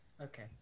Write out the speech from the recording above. Okay